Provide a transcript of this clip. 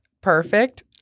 perfect